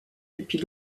depuis